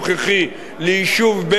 ליישוב בדואי אחר,